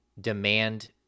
demand